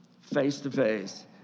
face-to-face